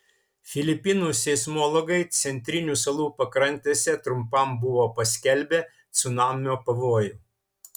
filipinų seismologai centrinių salų pakrantėse trumpam buvo paskelbę cunamio pavojų